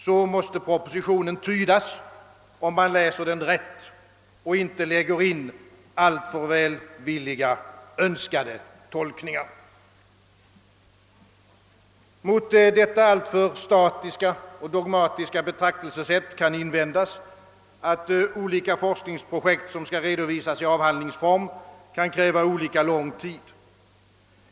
Så måste propositionen tydas, om man läser den rätt och inte lägger in alltför välvilliga önska de tolkningar av den. Mot detta alltför statiska och dogmatiska betraktelsesätt kan invändas, att olika forskningsprojekt som skall redovisas i avhandlingsform kan kräva olika lång tid.